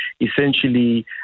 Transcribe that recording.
essentially